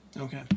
Okay